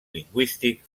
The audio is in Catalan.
lingüístic